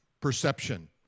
perception